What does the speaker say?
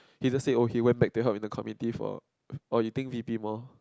he just said oh he just went back to help in the committee for or you think V_P more